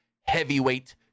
heavyweight